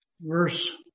Verse